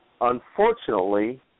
Unfortunately